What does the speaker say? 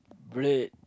bread